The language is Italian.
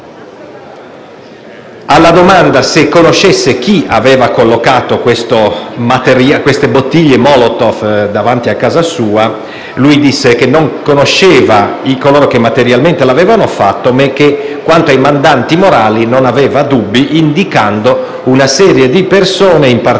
alla domanda se conoscesse chi aveva collocato le bottiglie molotov davanti a casa sua, rispose che non conosceva coloro che materialmente l'avevano fatto, ma che, quanto ai mandanti morali, non aveva dubbi, indicando una serie di persone, in particolare